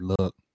look